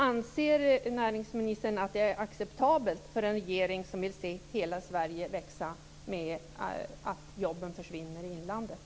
Anser näringsministern att det är acceptabelt för en regering som vill se hela Sverige växa att jobben försvinner i inlandet?